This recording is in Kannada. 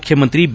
ಮುಖ್ಯಮಂತ್ರಿ ಬಿ